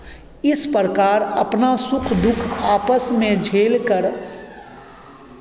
इस प्रकार अपना सुख दुःख आपस में झेलकर